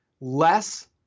less